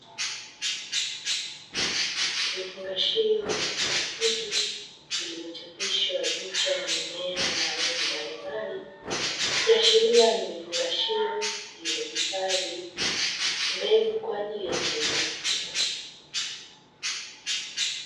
Vifungashio vya plastiki vilivyochapishwa picha ya mimea ya aina mbalimbali, ikiashiria ni vifungashio vilivyohifadhi mbegu kwa ajili ya kilimo.